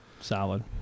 solid